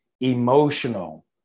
emotional